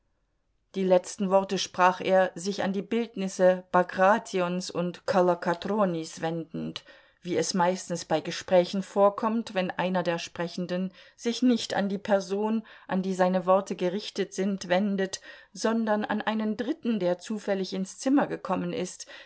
die letzten worte sprach er sich an die bildnisse bagrations und kolokotronis wendend wie es meistens bei gesprächen vorkommt wenn einer der sprechenden sich nicht an die person an die seine worte gerichtet sind wendet sondern an einen dritten der zufällig ins zimmer gekommen ist